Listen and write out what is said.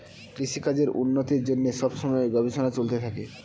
কৃষিকাজের উন্নতির জন্যে সব সময়ে গবেষণা চলতে থাকে